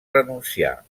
renunciar